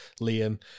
Liam